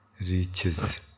reaches